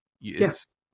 Yes